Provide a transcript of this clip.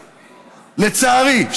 לצערי,